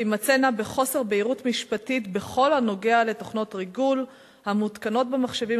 תימצאנה בחוסר בהירות משפטית בכל הנוגע לתוכנות ריגול המותקנות במחשבים,